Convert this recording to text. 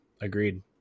agreed